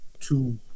two